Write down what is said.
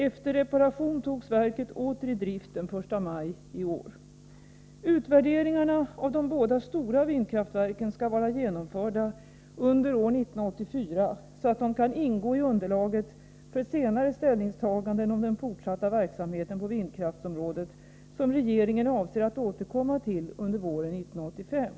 Efter reparation togs verket åter i drift den 1 maj i år. Utvärderingarna av de båda stora vindkraftverken skall vara genomförda under år 1984 så att de kan ingå i underlaget för senare ställningstaganden om den fortsatta verksamheten på vindkraftsområdet, som regeringen avser att återkomma till under våren 1985.